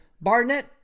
Barnett